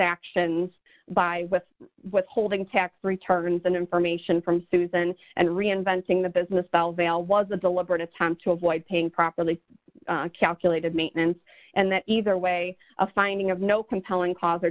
actions by with withholding tax returns and information from susan and reinventing the business file veil was a deliberate attempt to avoid paying properly calculated maintenance and that either way a finding of no compelling cause